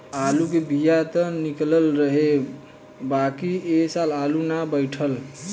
आलू के बिया त निकलल रहे बाकिर ए साल आलू ना बइठल